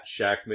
Shackman